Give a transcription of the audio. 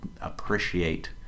appreciate